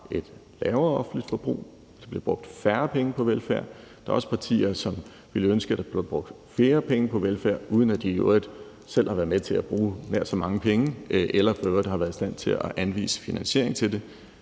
et lavere offentligt forbrug, så der bliver brugt færre penge på velfærd. Der er også partier, som ville ønske, at der bliver brugt flere penge på velfærd, uden at de i øvrigt selv har været med til at bruge nær så mange penge eller i øvrigt har været i stand til at anvise finansiering til det.